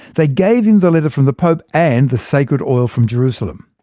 they gave him the letter from the pope, and the sacred oil from jerusalem.